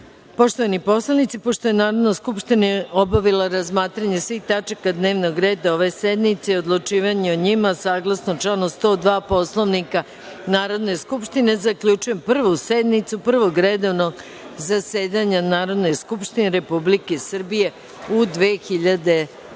član Poslovnika. Pošto je Narodna skupština obavila razmatranje svih tačaka dnevnog reda ove sednice i odlučivanje o njima, saglasno članu 102. Poslovnika Narodne skupštine, zaključujem Prvu sednicu Prvog redovnog zasedanja Narodne skupštine Republike Srbije u 2020.